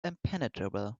impenetrable